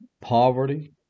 poverty